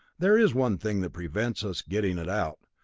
there is one thing that prevents us getting it out,